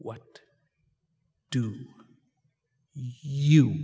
what do you